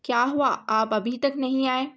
کیا ہوا آپ ابھی تک نہیں آئے